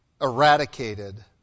eradicated